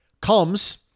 comes